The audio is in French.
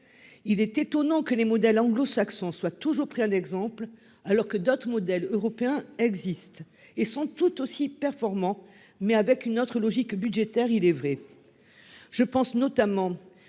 Il est étonnant que les modèles anglo-saxons soient toujours pris en exemple, alors que d'autres modèles européens existent et sont tout aussi performants, mais avec une autre logique budgétaire, il est vrai.